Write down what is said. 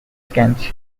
scams